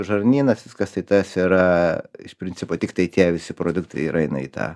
žarnynas viskas tai tas yra iš principo tiktai tie visi produktai ir eina į tą